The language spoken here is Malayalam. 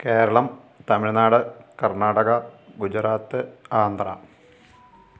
കേരളം തമിഴ്നാട് കർണാടക ഗുജറാത്ത് ആന്ധ്രാ